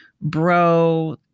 bro-